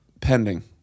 Pending